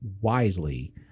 wisely